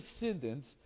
descendants